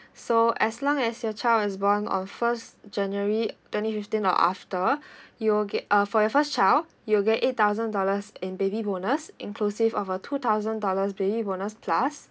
so as long as your child is born on first january twenty fifteen or after you will get uh for your first child you'll get eight thousand dollars in baby bonus inclusive of a two thousand dollars baby bonus plus